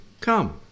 come